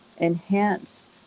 enhance